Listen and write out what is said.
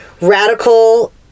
Radical